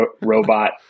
robot